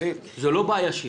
זו לא בעיה שלי,